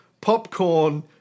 popcorn